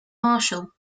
marshall